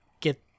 get